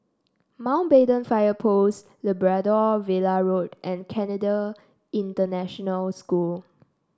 Mountbatten Fire Post Labrador Villa Road and Canadian International School